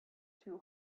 two